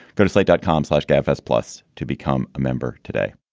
go to slate dot com slash gabfests plus to become a member. today